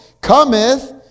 cometh